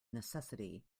necessity